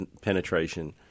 penetration